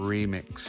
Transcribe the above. Remix